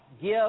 give